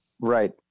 Right